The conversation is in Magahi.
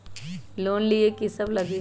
लोन लिए की सब लगी?